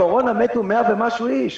מקורונה מתו 100 ומשהו איש,